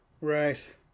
Right